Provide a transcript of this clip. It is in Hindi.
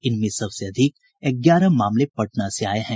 इनमें सबसे अधिक ग्यारह मामले पटना से आये हैं